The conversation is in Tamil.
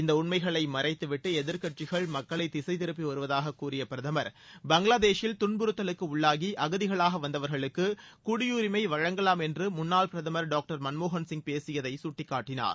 இந்த உண்மைகளை மறைத்துவிட்டு எதிர்க்கட்சிகள் மக்களை திசை திருப்பி வருவதாக கூறிய பிரதமர் பங்களாதேஷில் துன்புறுத்தலுக்கு உள்ளாகி அகதிகளாக வந்தவர்களுக்கு குடியுரிமை வழங்கலாம் என்று முன்னாள் பிரதமர் டாக்டர் மன்மோகன் சிங் பேசியதை சுட்டிக்காட்டினார்